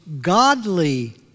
godly